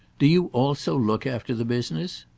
do you also look after the business?